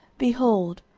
behold,